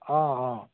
অঁ অঁ